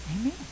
Amen